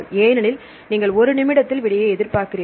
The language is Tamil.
ஏனெனில் நீங்கள் ஒரு நிமிடத்தில் விடைகளை எதிர்பார்க்கிறீர்கள்